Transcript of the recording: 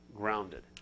grounded